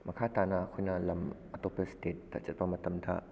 ꯃꯈꯥ ꯇꯥꯅ ꯑꯩꯈꯣꯏꯅ ꯂꯝ ꯑꯇꯣꯞꯄ ꯏꯁꯇꯦꯠꯇ ꯆꯠꯄ ꯃꯇꯝꯗ